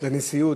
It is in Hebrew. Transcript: הנשיאות,